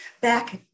Back